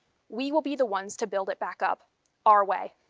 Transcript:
we will be the ones to build it back up our way.